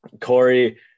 Corey